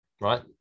right